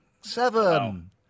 seven